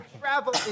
travel